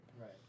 Right